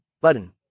Button